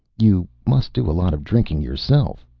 you must do a lot of drinking yourself,